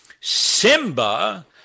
Simba